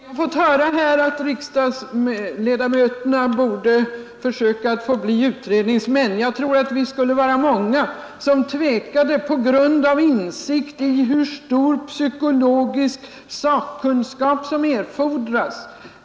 Herr talman! Vi har fått höra här att riksdagsledamöter borde försöka få bli utredningsmän. Jag tror att vi skulle vara många som tvekade på grund av insikt i hur stor psykologisk sakkunskap som erfordras.